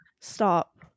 Stop